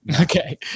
okay